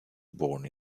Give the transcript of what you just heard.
born